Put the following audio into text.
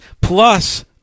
plus